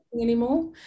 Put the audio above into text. anymore